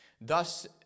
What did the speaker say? Thus